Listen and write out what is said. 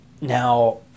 now